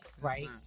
right